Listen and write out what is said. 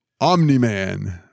Omni-Man